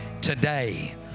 Today